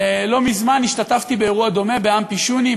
לא מזמן השתתפתי באירוע דומה באמפי "שוני",